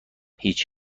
هیچ